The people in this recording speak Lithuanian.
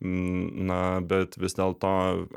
na bet vis dėlto